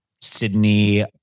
Sydney